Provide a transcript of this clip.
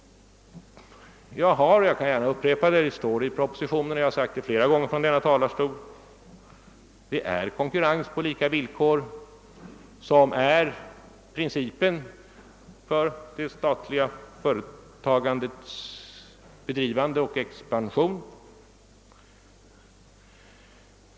Det står i propositionen och jag har sagt det flera gånger från denna talarstol men upprepar det gärna: Det är konkurrens på lika villkor som är principen för det statliga företagandets bedrivande och expansion.